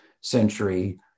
century